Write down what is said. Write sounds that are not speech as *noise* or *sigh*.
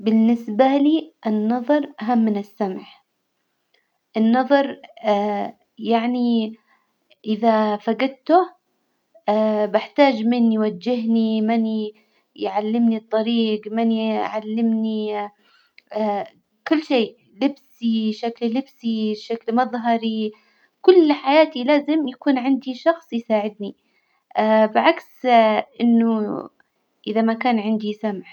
بالنسبة لي النظر أهم من السمع، النظر *hesitation* يعني إذا فجدته بحتاج من يوجهني، من يعلمني الطريج، من يعلمني *hesitation* كل شي، لبسي، شكلي لبسي، شكلي، مظهري، كل حياتي لازم يكون عندي شخص يساعدني *hesitation* بعكس *hesitation* إنه إذا ما كان عندي سمع.